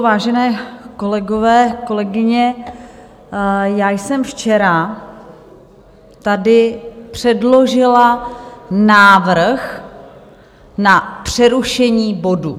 Vážené kolegové, kolegyně, já jsem včera tady předložila návrh na přerušení bodu.